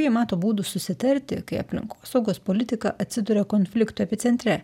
ji mato būdų susitarti kai aplinkosaugos politika atsiduria konfliktų epicentre